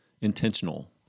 Intentional